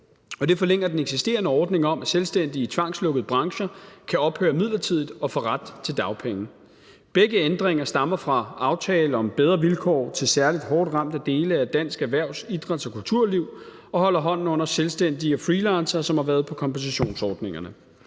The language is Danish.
det forlænger den eksisterende ordning om, at selvstændige i tvangslukkede brancher kan ophøre midlertidigt og få ret til dagpenge. Begge ændringer stammer fra aftalen om bedre vilkår til særlig hårdt ramte dele af dansk erhvervs-, idræts- og kulturliv og holder hånden under selvstændige og freelancere, som har været på kompensationsordningerne.